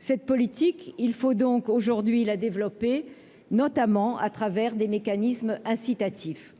cette politique, il faut donc aujourd'hui la développé notamment à travers des mécanismes incitatifs,